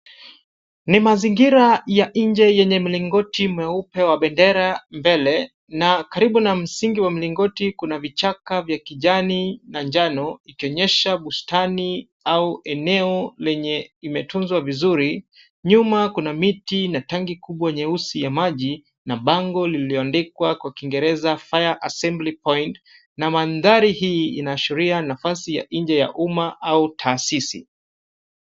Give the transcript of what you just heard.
Ni mazingira ya nje yenye mlingoti mweupe wa bendera mbele na karibu na msingi wa mlingoti kuna vichaka vya kijani na njano ikionyesha bustani au eneo lenye imetunzwa vizuri. Nyuma kuna miti na tangi kubwa nyeusi ya maji na bango lililoandikwa kwa kiingereza fire assembly point na mandhari hii inaashiria nafasi ya nje ya umma au taasisi.